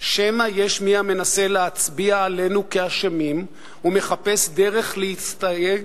שמא יש מי המנסה להצביע עלינו כאשמים ומחפש דרך להסתייג